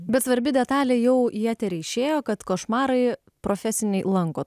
bet svarbi detalė jau į eterį išėjo kad košmarai profesiniai lanko